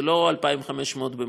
זה לא 2,500 במכה,